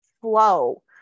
flow